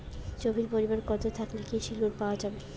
জমির পরিমাণ কতো থাকলে কৃষি লোন পাওয়া যাবে?